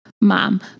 Mom